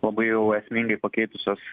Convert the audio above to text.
labai jau esmingai pakeitusios